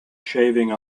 shaving